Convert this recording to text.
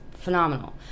phenomenal